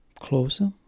Closer